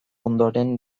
ondoren